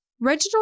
Reginald